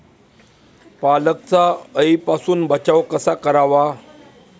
पालकचा अळीपासून बचाव कसा करावा?